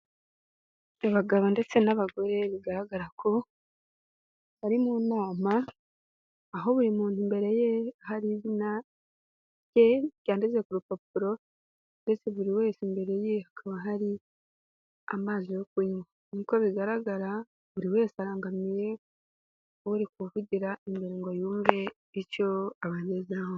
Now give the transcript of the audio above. Abagabo ndetse n'abagore, bigaragara ko bari mu nama, aho buri muntu imbere ye hari izina rye, ryanditse ku rupapuro. Ndetse buri wese imbere ye hakaba hari amazi yo kunywa. Nk'uko bigaragara, buri wese arangamiye uri kuvugira imbere ngo yumve, icyo abagezaho.